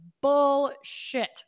bullshit